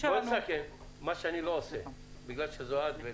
לא סתם השתמשתי בשתי הזרועות האלה